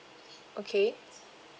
okay